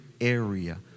area